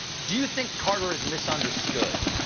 do you think carter is misunderstood?